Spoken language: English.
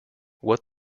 what